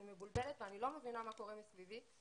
מבולבלת ולא מבינה מה קורה מסביבי,